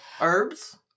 herbs